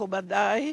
מכובדי,